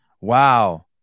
Wow